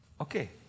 Okay